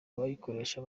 abayikoresha